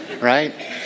right